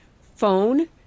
phone